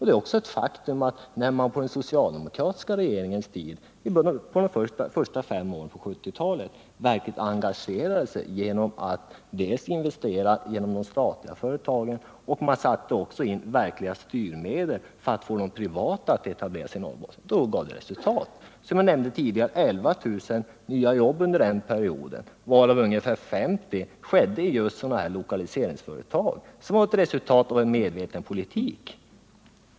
Det är också ett faktum att när den socialdemokratiska regeringen under de första fem åren av 1970-talet verkligen engagerade sig genom att dels investera genom de statliga företagen, dels sätta in verkliga styrmedel för att få de privata företagen att etablera sig i Norrbotten så gav det resultat. Som jag nämnde tidigare fick man fram 11 000 nya jobb under den perioden, varav ungefär 50 96 uppkom i just lokaliseringsföretag som ett resultat av en medveten politik.